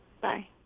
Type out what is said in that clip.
Bye